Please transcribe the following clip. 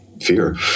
fear